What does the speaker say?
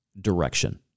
direction